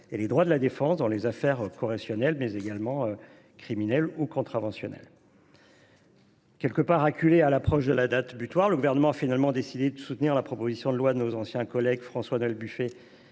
et les droits de la défense dans les affaires correctionnelles, mais également criminelles ou contraventionnelles. Étant en quelque sorte acculé, à l’approche de la date butoir, le Gouvernement a finalement décidé de soutenir la proposition de loi de nos anciens collègues François Noël Buffet